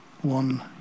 one